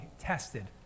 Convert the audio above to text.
tested